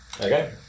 Okay